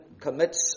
commits